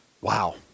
Wow